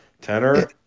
Tenor